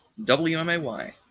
wmay